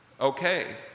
okay